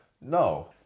No